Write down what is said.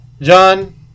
john